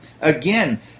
Again